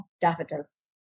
daffodils